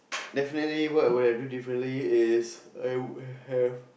definitely what I would have do differently is I would have